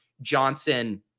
Johnson